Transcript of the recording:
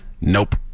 Nope